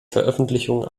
veröffentlichung